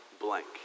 blank